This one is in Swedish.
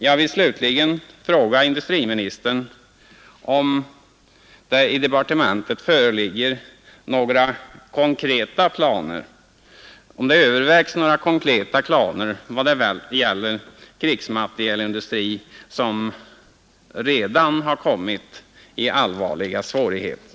Jag vill slutligen fråga industriministern om departementet överväger några konkreta planer i vad gäller en krigsmaterielindustri som redan har hamnat i allvarliga svårigheter.